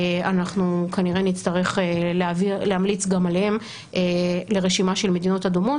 אנחנו כנראה נצטרך להמליץ גם עליהן לרשימה של מדינות אדומות.